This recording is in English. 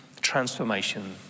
transformation